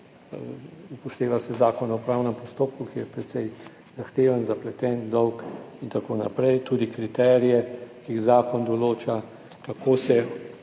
upošteva se Zakon o upravnem postopku, ki je precej zahteven, zapleten, dolg in tako naprej tudi kriterije, ki jih zakon določa, kako se,